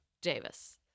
Davis